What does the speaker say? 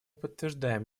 подтверждаем